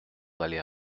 d’aller